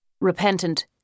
Repentant